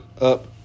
up